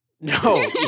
No